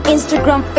Instagram